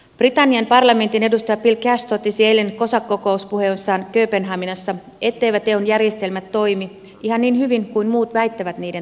britannian parlamentin edustaja bill cash totesi eilen cosac kokouspuheessaan kööpenhaminassa etteivät eun järjestelmät toimi ihan niin hyvin kuin muut väittävät niiden toimivan